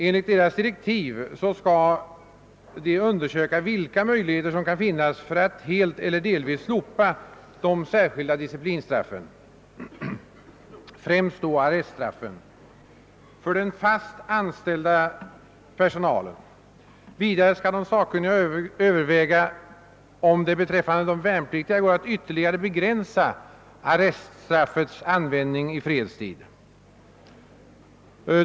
Enligt direktiven skall de undersöka vilka möjligheter som kan finnas för att helt eller delvis slopa de särskilda disciplinstraffen, främst arreststraffen för den fast anställda personalen. Vidare skall de sakkunniga överväga om det beträffande de värnpliktiga går att ytterligare begränsa arreststraffets användning i fredstid.